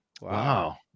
Wow